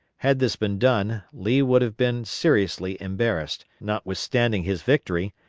had this been done, lee would have been seriously embarrassed, notwithstanding his victory,